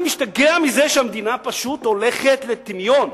אני משתגע מזה שהמדינה פשוט יורדת לטמיון.